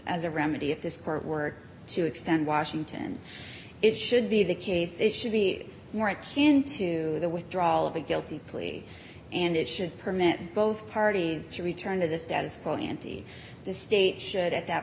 as a remedy if this court were to extend washington it should be the case it should be more akin to the withdrawal of a guilty plea and it should permit both parties to return to the status quo ante the state should at that